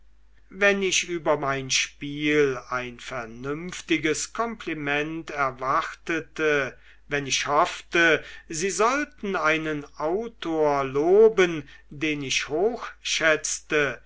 wenn ich über mein spiel ein vernünftiges kompliment erwartete wenn ich hoffte sie sollten einen autor loben den ich